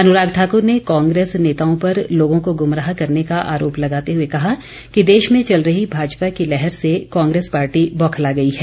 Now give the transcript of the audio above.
अनुराग ठाकुर ने कांग्रेस नेताओं पर लोगों को गुमराह करने का आरोप लगाते हुए कहा कि देश में चल रही भाजपा की लहर से कांग्रेस पार्टी बौखला गई है